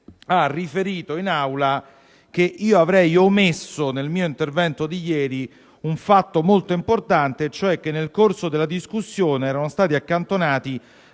ha riferito in Aula che io avrei omesso nel mio intervento di ieri un fatto molto importante, cioè che nel corso della discussione erano stati accantonati